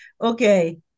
Okay